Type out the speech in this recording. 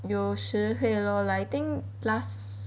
有时会 lor like I think last